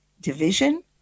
division